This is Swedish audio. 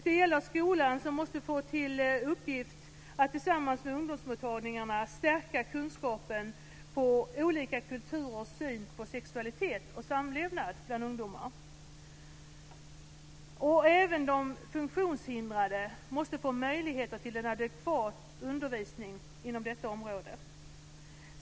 Den gäller skolan, som måste få till uppgift att tillsammans med ungdomsmottagningarna stärka kunskapen om olika kulturers syn på sexualitet och samlevnad bland ungdomar. Även de funktionshindrade måste få möjligheter till en adekvat undervisning inom detta område.